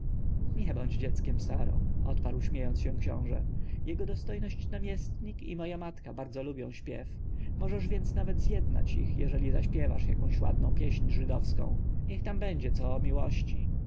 nie bądź dzieckiem saro odparł śmiejąc się książę jego dostojność namiestnik i moja matka bardzo lubią śpiew możesz więc nawet zjednać ich jeżeli zaśpiewasz jaką ładną pieśń żydowską niech tam będzie co o miłości